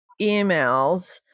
emails